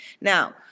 Now